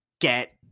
get